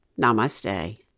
namaste